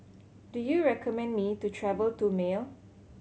do you recommend me to travel to Male